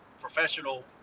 professional